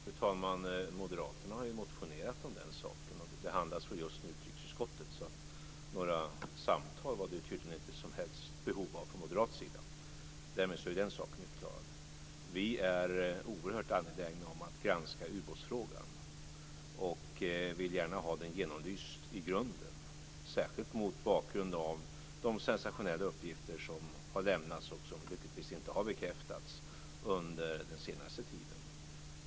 Fru talman! Moderaterna har ju motionerat om den saken, och motionen behandlas väl just nu i utrikesutskottet. Några samtal var det tydligen inte något som helst behov av från moderat sida. Därmed så är den saken utklarad. Vi är oerhört angelägna om att granska ubåtsfrågan och vill gärna ha den genomlyst i grunden, särskilt mot bakgrund av de sensationella uppgifter som har lämnats och som lyckligtvis inte har bekräftats under den senaste tiden.